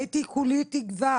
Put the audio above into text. הייתי כולי תקווה,